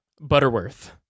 Butterworth